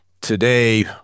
Today